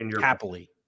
Happily